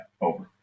Over